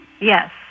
Yes